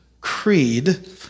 Creed